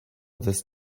this